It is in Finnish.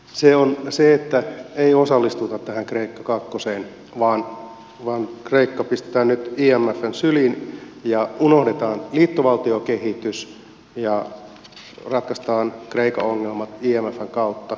se on se että ei osallistuta tähän kreikka kakkoseen vaan kreikka pistetään nyt imfn syliin ja unohdetaan liittovaltiokehitys ja ratkaistaan kreikan ongelmat imfn kautta